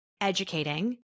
educating